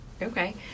Okay